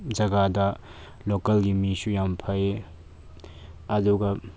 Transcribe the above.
ꯖꯒꯥꯗ ꯂꯣꯀꯦꯜꯒꯤ ꯃꯤꯁꯨ ꯌꯥꯝ ꯐꯩ ꯑꯗꯨꯒ